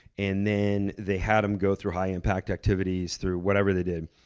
and then they had them go through high impact activities through whatever they did,